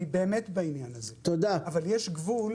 אני באמת בעניין הזה, אבל יש גבול.